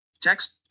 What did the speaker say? Text